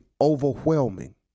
overwhelming